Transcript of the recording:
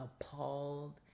appalled